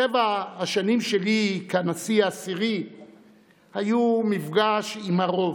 שבע השנים שלי כנשיא העשירי היו מפגש עם הרוב,